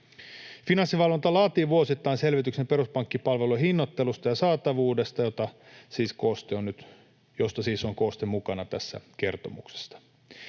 Finanssivalvonta laatii vuosittain selvityksen peruspankkipalveluiden hinnoittelusta ja saatavuudesta, josta siis on kooste mukana tässä kertomuksessa.